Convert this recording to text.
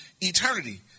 eternity